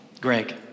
Greg